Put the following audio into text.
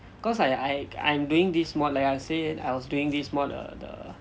cause I I I'm doing this module like I said I was doing this module err the